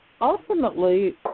ultimately